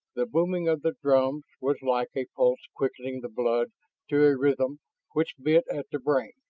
the booming of the drums was like a pulse quickening the blood to a rhythm which bit at the brain,